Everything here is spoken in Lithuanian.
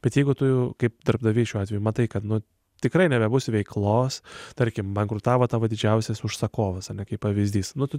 bet jeigu tu kaip darbdaviai šiuo atveju matai kad nu tikrai nebebus veiklos tarkim bankrutavo tavo didžiausias užsakovas ane kaip pavyzdys nu tu